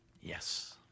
Yes